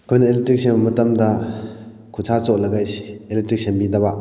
ꯑꯩꯈꯣꯏꯅ ꯏꯂꯦꯛꯇ꯭ꯔꯤꯛ ꯁꯦꯝ ꯃꯇꯝꯗ ꯈꯨꯠꯁꯥ ꯆꯣꯠꯂꯒ ꯏꯂꯦꯛꯇ꯭ꯔꯤꯛ ꯁꯦꯝꯕꯤꯗꯕ